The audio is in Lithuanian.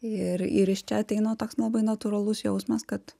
ir ir iš čia ateina toks labai natūralus jausmas kad